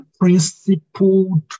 principled